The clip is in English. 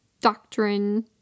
doctrine